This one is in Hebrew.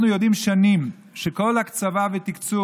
אנחנו יודעים שנים שכל הקצבה ותקצוב